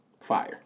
fire